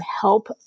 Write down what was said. help